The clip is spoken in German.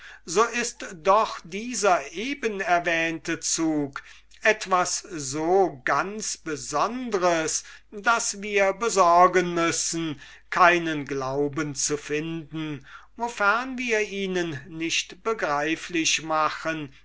so ist doch dieser eben erwähnte zug etwas so ganz besonderes daß wir besorgen müssen keinen glauben zu finden wofern wir ihnen nicht begreiflich machen